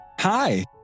Hi